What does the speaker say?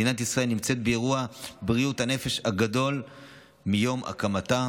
מדינת ישראל נמצאת באירוע בריאות הנפש הגדול מיום הקמתה,